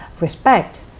respect